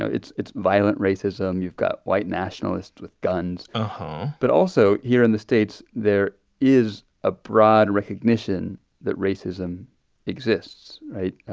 know, it's it's violent racism. you've got white nationalists with guns. and but also, here in the states, there is a broad recognition that racism exists, right?